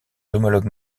homologues